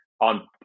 on